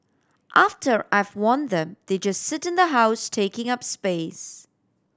after I've worn them they just sit in the house taking up space